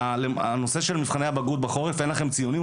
הנושא של מבחני הבגרות בחורף אין לכם ציונים,